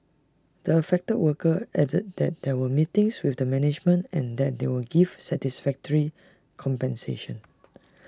the affected worker added that there were meetings with the management and that they were given satisfactory compensation